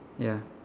ya